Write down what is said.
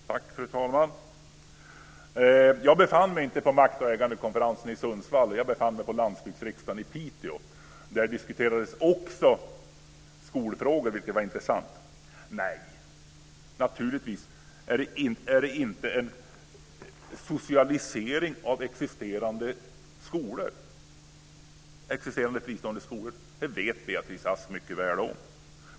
Fru talman! Jag befann mig inte på konferensen om makt och ägande i Sundsvall. Jag befann mig på landsbygdsriksdagen i Piteå. Där diskuterades också skolfrågor, vilket var intressant. Nej, naturligtvis är det inte en socialisering av existerande fristående skolor. Det vet Beatrice Ask mycket väl om.